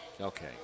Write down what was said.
Okay